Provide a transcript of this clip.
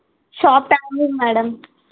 shop timing madam